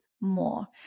more